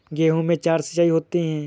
गेहूं में चार सिचाई होती हैं